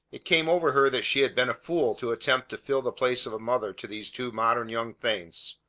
it came over her that she had been a fool to attempt to fill the place of mother to these two modern young things.